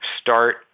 start